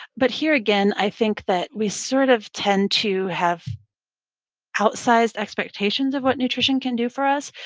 but here again, i think that we sort of tend to have outsized expectations of what nutrition can do for us.